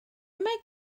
mae